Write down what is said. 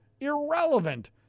irrelevant